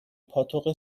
پاتوق